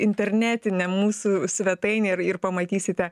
internetinę mūsų svetainė ir ir pamatysite